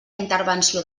intervenció